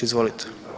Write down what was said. Izvolite.